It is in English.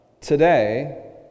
today